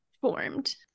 formed